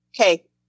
Okay